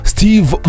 Steve